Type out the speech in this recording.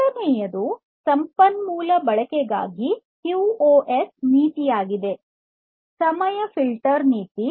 ಎರಡನೆಯದು ಸಂಪನ್ಮೂಲ ಬಳಕೆಗಾಗಿ ಕ್ಯೂಒಎಸ್ ನೀತಿಯಾಗಿದೆ ಸಮಯ ಫಿಲ್ಟರ್ ನೀತಿ